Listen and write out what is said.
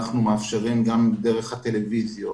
אנחנו מאפשרים גם דרך הטלוויזיות,